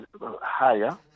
higher